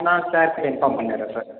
நான் சார்ட்ட இன்ஃபார்ம் பண்ணிடுறேன் சார்